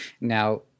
Now